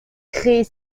créer